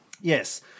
Yes